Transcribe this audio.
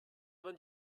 vingt